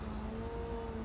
oh